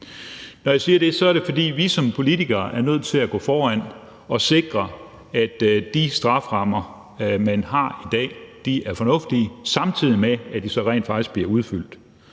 Når jeg siger det, er det, fordi vi som politikere er nødt til at gå foran og sikre, at de strafferammer, man har i dag, er fornuftige, samtidig med at de så rent faktisk bliver udfyldt.